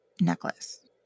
necklace